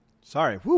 Sorry